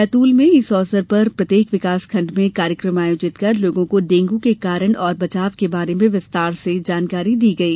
बैतूल में इस अवसर पर प्रत्येक विकास खण्ड में कार्यक्रम आयोजित कर लोगों को डेंगू के कारण और बचाव के बारे में विस्तार से जानकारी दी गई